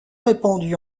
répandu